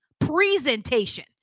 presentation